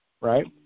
right